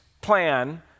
plan